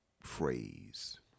phrase